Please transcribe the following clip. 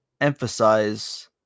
emphasize